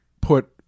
put